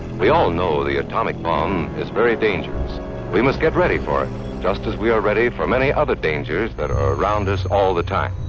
we all know the atomic bomb is very dangerous we must get ready for it just as we are ready for many other dangers that are around us all the time.